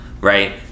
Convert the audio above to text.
right